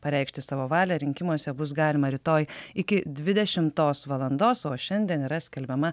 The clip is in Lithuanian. pareikšti savo valią rinkimuose bus galima rytoj iki dvidešimtos valandos o šiandien yra skelbiama